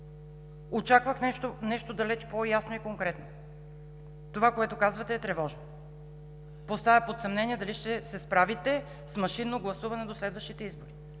Очаквах нещо далеч по-ясно и конкретно. Това, което казвате, е тревожно и поставя под съмнение дали ще се справите с машинното гласуване до следващите избори.